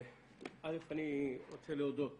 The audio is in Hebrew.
א', אני רוצה להודות